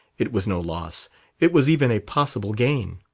it was no loss it was even a possible gain.